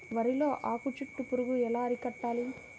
వరిలో ఆకు చుట్టూ పురుగు ఎలా అరికట్టాలి?